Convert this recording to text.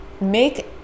make